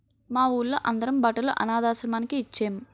మా వూళ్ళో అందరం బట్టలు అనథాశ్రమానికి ఇచ్చేం